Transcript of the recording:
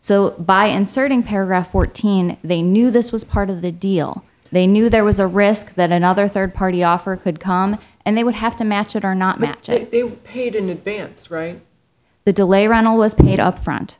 so by inserting paragraph fourteen they knew this was part of the deal they knew there was a risk that another third party offer could come and they would have to match it or not match paid in advance right the delay ronnell was paid upfront